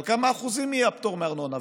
על כמה אחוזים יהיה הפטור מארנונה?